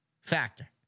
factor